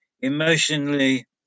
emotionally